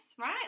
right